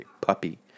puppy